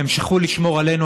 הם שכחו לשמור עלינו,